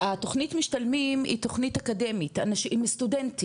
התוכנית משתלמים היא תוכנית אקדמית עם סטודנטים,